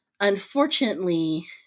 unfortunately